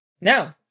No